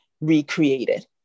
recreated